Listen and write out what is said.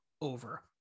over